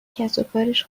کسوکارش